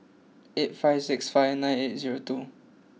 eight five six five nine eight zero two